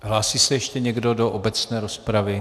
Hlásí se ještě někdo do obecné rozpravy?